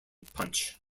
punch